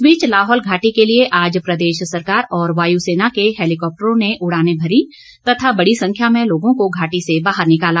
इस बीच लाहौल घाटी के लिए आज प्रदेश सरकार और वायु सेना के हैलीकॉप्टरों ने उड़ानें भरी तथा बड़ी संख्या में लोगों को घाटी से बाहर निकाला